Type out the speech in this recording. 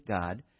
God